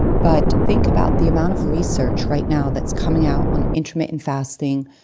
but think about the amount of research right now that's coming out on intermittent fasting,